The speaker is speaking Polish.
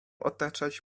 otaczać